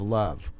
love